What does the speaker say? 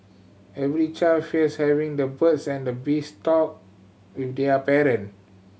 every child fears having the birds and the bees talk with their parent